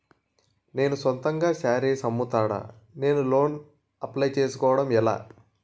నేను సొంతంగా శారీస్ అమ్ముతాడ, నేను లోన్ అప్లయ్ చేసుకోవడం ఎలా?